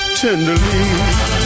Tenderly